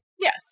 Yes